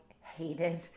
hated